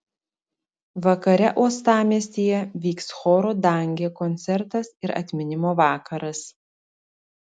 vakare uostamiestyje vyks choro dangė koncertas ir atminimo vakaras